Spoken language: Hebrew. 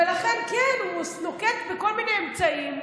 ולכן הוא נוקט כל מיני אמצעים,